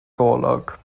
golwg